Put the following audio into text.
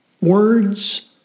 words